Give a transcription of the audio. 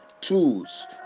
tools